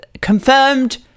confirmed